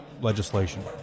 legislation